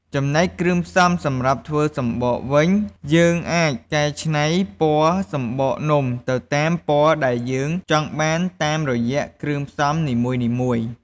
ចំណែក គ្រឿងផ្សំសម្រាប់ធ្វើសំបកវិញ យើងអាចកែច្នៃពណ៌សំបកនំទៅតាមពណ៌ដែលយើងចង់បានតាមរយៈគ្រឿងផ្សំនីមួយៗ។